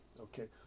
okay